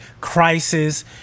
crisis